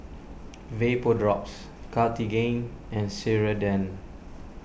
Vapodrops Cartigain and Ceradan